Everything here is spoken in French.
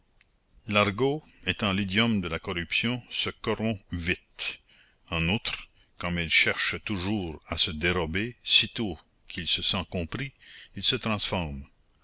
l'argot étant l'idiome de la corruption se corrompt vite en outre comme il cherche toujours à se dérober sitôt qu'il se sent compris il se transforme